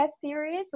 series